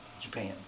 Japan